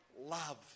love